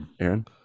Aaron